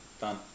done